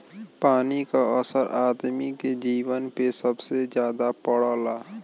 पानी क असर आदमी के जीवन पे सबसे जादा पड़ला